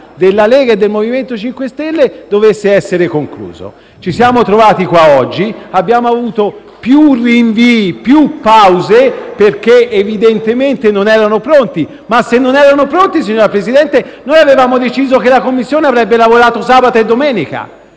della Lega e del MoVimento 5 Stelle, dovesse essere concluso. *(Applausi della senatrice Lonardo).* Oggi, invece, abbiamo avuto più rinvii e più pause, perché evidentemente non erano pronti. Se non erano però pronti, signor Presidente, noi avevamo deciso che la Commissione avrebbe lavorato sabato e domenica.